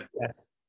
yes